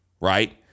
right